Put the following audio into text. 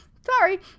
sorry